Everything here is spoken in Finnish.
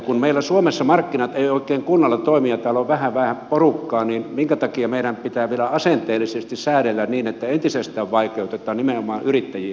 kun meillä suomessa markkinat eivät oikein kunnolla toimi ja täällä on vähän vähän porukkaa niin minkä takia meidän pitää vielä asenteellisesti säädellä niin että entisestään vaikeutetaan nimenomaan yrittäjien asemaa